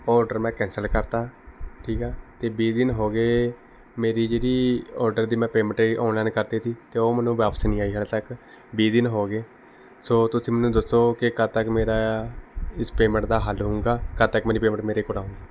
ਉਹ ਆਰਡਰ ਮੈਂ ਕੈਂਸਲ ਕਰ ਦਿੱਤਾ ਠੀਕ ਆ ਅਤੇ ਵੀਹ ਦਿਨ ਹੋ ਗਏ ਮੇਰੀ ਜਿਹੜੀ ਆਰਡਰ ਦੀ ਮੈਂ ਪੇਮੈਂਟ ਹੈ ਆਨਲਾਈਨ ਕਰ ਦਿੱਤੀ ਤੀ ਅਤੇ ਉਹ ਮੈਨੂੰ ਵਾਪਿਸ ਨਹੀਂ ਆਈ ਹਜੇ ਤੱਕ ਵੀਹ ਦਿਨ ਹੋ ਗਏ ਸੋ ਤੁਸੀਂ ਮੈਨੂੰ ਦੱਸੋ ਕਿ ਕਦ ਤੱਕ ਮੇਰਾ ਇਸ ਪੇਮੈਂਟ ਦਾ ਹੱਲ ਹੋਉਂਗਾ ਕਦ ਤੱਕ ਮੇਰੀ ਪੇਮੈਂਟ ਮੇਰੇ ਕੋਲ ਆਉਂਗੀ